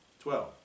Twelve